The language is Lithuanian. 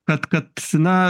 kad kad na